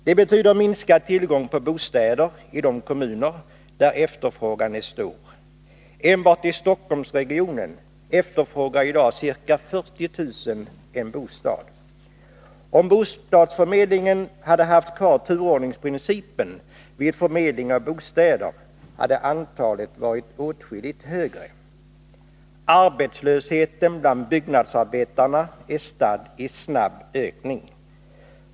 Det betyder minskad tillgång på bostäder i de kommuner där efterfrågan är stor. Enbart i Stockholmsregionen efterfrågar i dag ca 40 000 en bostad. Om bostadsförmedlingen hade haft kvar turordningsprincipen vid förmedling av bostäder, hade antalet varit åtskilligt större. Arbetslösheten bland byggnadsarbetarna är stadd i snabb ökning.